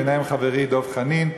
בהם חברי דב חנין,